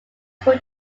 school